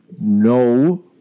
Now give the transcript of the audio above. No